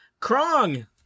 Krong